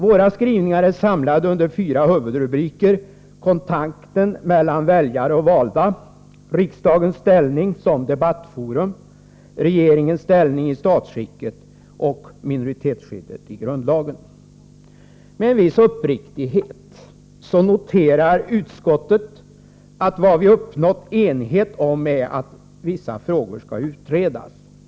Våra skrivningar är samlade under fyra huvudrubriker: kontakterna mellan väljare och valda, riksdagens ställning som debattforum, regeringens ställning i statsskicket och minoritetsskyddet i grundlagen. Med viss uppriktighet noterar utskottet att vad vi uppnått enighet om är att vissa frågor skall utredas.